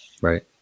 Right